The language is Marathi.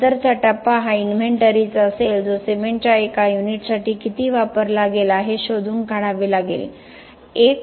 त्यानंतरचा टप्पा हा इन्व्हेंटरीचा असेल जो सिमेंटच्या एका युनिटसाठी किती वापरला गेला हे शोधून काढावे लागेल